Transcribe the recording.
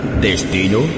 ¿Destino